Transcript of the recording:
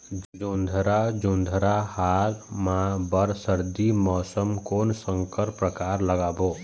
जोंधरा जोन्धरा हाल मा बर सर्दी मौसम कोन संकर परकार लगाबो?